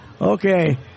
okay